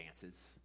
dances